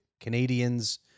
Canadians